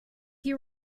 you